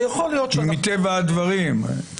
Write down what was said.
מטבע הדברים.